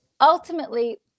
ultimately